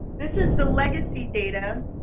this is the legacy data,